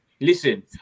Listen